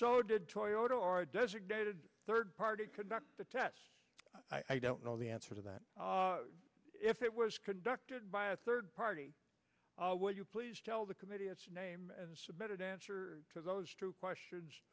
so did toyota or a designated third party conduct the test i don't know the answer to that if it was conducted by a third party would you please tell the committee its name and submitted answer to those two questions